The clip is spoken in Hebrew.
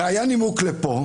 הרי היה נימוק לפה.